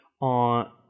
on